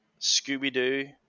Scooby-Doo